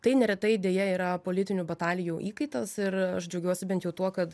tai neretai deja yra politinių batalijų įkaitas ir aš džiaugiuosi bent jau tuo kad